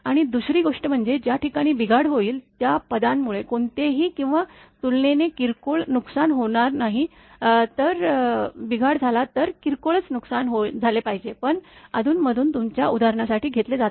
आणि दुसरी गोष्ट म्हणजे ज्या ठिकाणी बिघाड होईल त्या पदांमुळे कोणतेही किंवा तुलनेने किरकोळ नुकसान होणार नाही जर बिघाड झाला तर किरकोळ नुकसान झाले पाहिजे पण अधूनमधून तुमच्या उदाहरणासाठी घेतले जाते